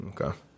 Okay